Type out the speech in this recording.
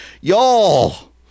y'all